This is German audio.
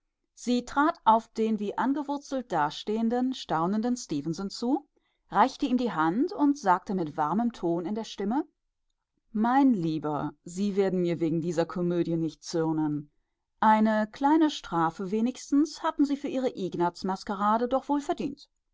sie trat auf den wie angewurzelt dastehenden staunenden stefenson zu reichte ihm die hand und sagte mit warmem ton in der stimme mein lieber sie werden mir wegen dieser komödie nicht zürnen eine kleine strafe wenigstens hatten sie für ihre ignazmaskerade doch wohl verdient